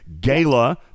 Gala